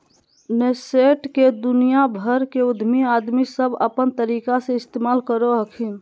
nascent के दुनिया भर के उद्यमी आदमी सब अपन तरीका से इस्तेमाल करो हखिन